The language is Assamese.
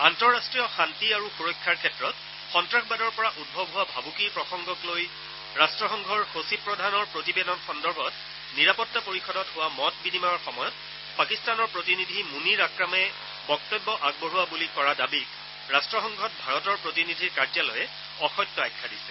আন্তঃৰট্টীয় শান্তি আৰু সুৰক্ষাৰ ক্ষেত্ৰত সন্তাসবাদৰ পৰা উদ্ভৱ হোৱা ভাবুকিৰ প্ৰসংগক লৈ সচিব প্ৰধানৰ প্ৰতিবেদন সন্দৰ্ভত নিৰাপত্তা পৰিযদত হোৱা মত বিনিময়ৰ সময়ত পাকিস্তানৰ প্ৰতিনিধি মুনিৰ আক্ৰামে বক্তব্য আগবঢ়োৱা বুলি কৰা দাবীক ৰট্টসংঘত ভাৰতৰ প্ৰতিনিধিৰ কাৰ্যালয়ে অসত্য আখ্যা দিছে